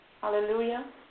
hallelujah